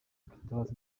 kwitabaza